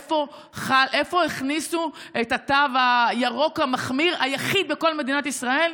איפה הכניסו את התו הירוק המחמיר היחיד בכל מדינת ישראל?